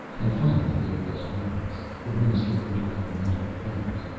and finally there was romis, the minister of intergovernmental affairs.